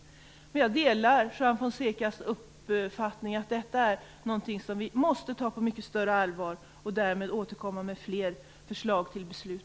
Jag delar dock Juan Fonsecas uppfattning att detta är någonting som vi måste ta på mycket större allvar och därmed återkomma med fler förslag till beslut.